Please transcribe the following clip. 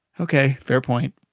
ok fair point.